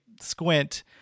squint